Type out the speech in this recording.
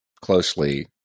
closely